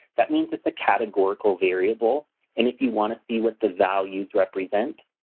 that means it's a categorical variable and if you want to see what the values represent,